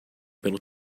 pelo